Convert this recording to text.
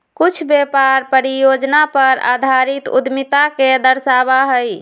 कुछ व्यापार परियोजना पर आधारित उद्यमिता के दर्शावा हई